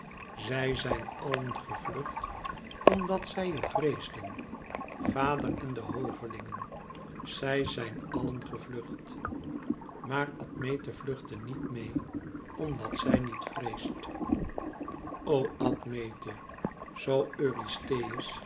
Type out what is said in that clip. zij zijn allen gevlucht omdat zij je vreesden vader en de hovelingen zij zijn allen gevlucht maar admete vluchtte niet meê omdat zij niet vreest o admete zoo eurystheus en